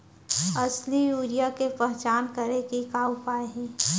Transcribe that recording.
असली यूरिया के पहचान करे के का उपाय हे?